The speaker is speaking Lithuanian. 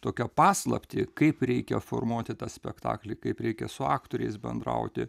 tokią paslaptį kaip reikia formuoti tą spektaklį kaip reikia su aktoriais bendrauti